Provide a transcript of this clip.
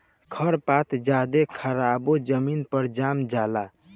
खर पात ज्यादे खराबे जमीन पर जाम जला